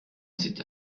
sitter